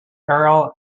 earl